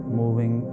moving